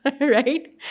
right